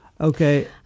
Okay